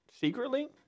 Secretly